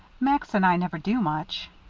max and i never do much.